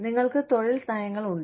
നിങ്ങൾക്ക് തൊഴിൽ നയങ്ങൾ ഉണ്ട്